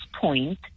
point